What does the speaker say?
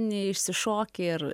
neišsišoki ir